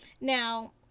Now